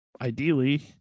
ideally